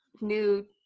new